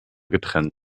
getrennt